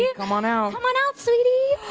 yeah come on out. come on out, sweetie.